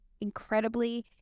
incredibly